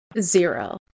Zero